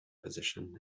position